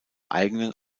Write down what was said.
eigenen